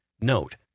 Note